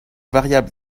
variable